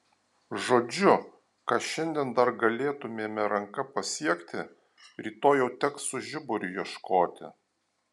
žodžiu ką šiandien dar galėtumėme ranka pasiekti rytoj jau teks su žiburiu ieškoti